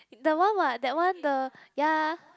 that one what that one the ya